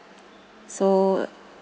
so